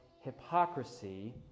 hypocrisy